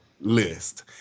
list